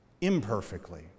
imperfectly